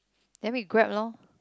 then we grab loh